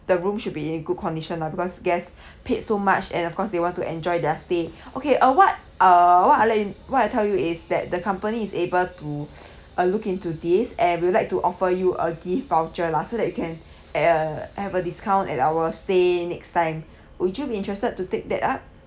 the room should be in good condition lah because guests paid so much and of course they want to enjoy their stay okay uh what uh what I like yo~ what I tell you is that the company is able to uh look into this and we would like to offer you a gift voucher lah so that you can uh have a discount at our stay next time would you be interested to take that up